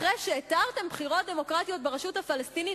אחרי שהתרתם בחירות דמוקרטיות ברשות הפלסטינית,